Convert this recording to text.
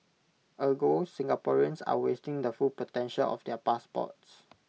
Ergo Singaporeans are wasting the full potential of their passports